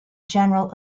general